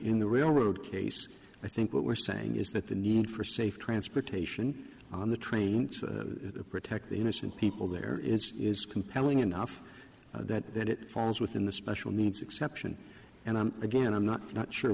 in the railroad case i think what we're saying is that the need for safe transportation on the train to protect the innocent people there is compelling enough that that it falls within the special needs exception and i'm again i'm not not sure